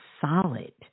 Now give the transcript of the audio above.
solid